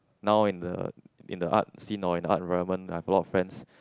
now in the in the arts scene or arts environment I've a lot of friends